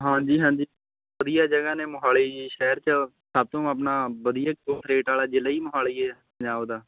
ਹਾਂਜੀ ਹਾਂਜੀ ਵਧੀਆ ਜਗ੍ਹਾ ਨੇ ਮੋਹਾਲੀ ਜੀ ਸ਼ਹਿਰ 'ਚ ਸਭ ਤੋਂ ਆਪਣਾ ਵਧੀਆ ਵਾਲਾ ਜ਼ਿਲ੍ਹਾ ਹੀ ਮੋਹਾਲੀ ਹੈ ਪੰਜਾਬ ਦਾ